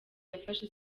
yafashe